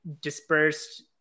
dispersed